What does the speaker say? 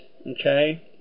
okay